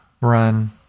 run